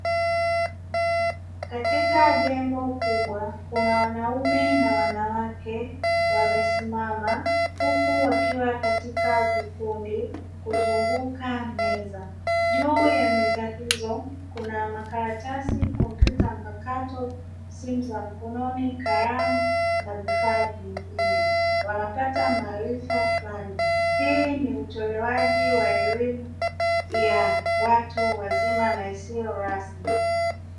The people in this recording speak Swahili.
Katika jengo kubwa kuna wanaume na wanawake wamesimama huku wakiwa katika vikundi kuzunguka meza, juu ya meza hizo kuna makaratasi, kompyuta mpakato, simu za mkononi, kalamu na vifaa vingine wanapata maarifa fulani hii ni utolewaji wa elimu ya watu wazima na isiyo rasmi.